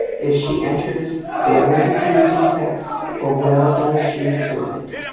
if she enters, bear with a few defects, for well does she deserve it.